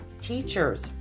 teachers